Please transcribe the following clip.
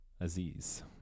aziz